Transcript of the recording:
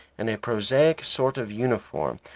and a prosaic sort of uniform,